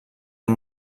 amb